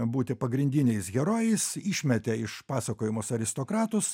būti pagrindiniais herojais išmetė iš pasakojimo aristokratus